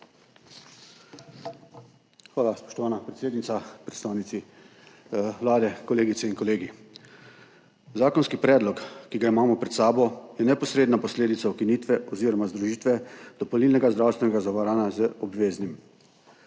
Hvala, spoštovana predsednica. Predstavnici Vlade, kolegice in kolegi! Zakonski predlog, ki ga imamo pred sabo, je neposredna posledica ukinitve oziroma združitve dopolnilnega zdravstvenega zavarovanja z obveznim.